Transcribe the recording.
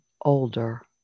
older